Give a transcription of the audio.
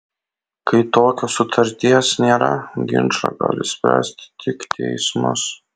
kai tokios sutarties nėra ginčą gali išspręsti tik teismas